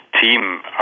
team